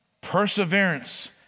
perseverance